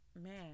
man